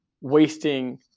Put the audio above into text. wasting